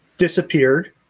disappeared